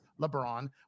lebron